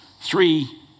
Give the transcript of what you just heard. three